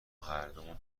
هردومون